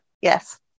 yes